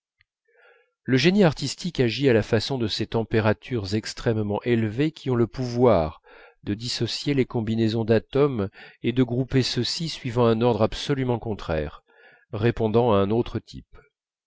le génie artistique agit à la façon de ces températures extrêmement élevées qui ont le pouvoir de dissocier les combinaisons d'atomes et de grouper ceux-ci suivant un ordre absolument contraire répondant à un autre type